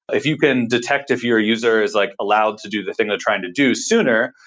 if you can detect if your user is like allowed to do the thing they're trying to do sooner,